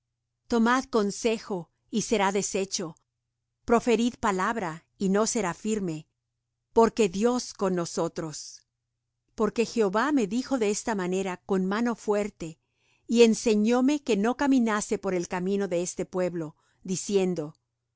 tomad consejo y será deshecho proferid palabra y no será firme porque dios con nosotros porque jehová me dijo de esta manera con mano fuerte y enseñóme que no caminase por el camino de este pueblo diciendo